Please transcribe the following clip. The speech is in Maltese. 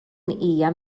hija